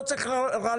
לא צריך רלב"ד,